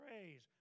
praise